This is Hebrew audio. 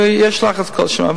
ויש לחץ כל שנה.